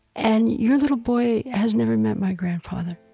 and your little boy has never met my grandfather,